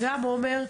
גם עמר,